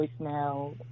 voicemail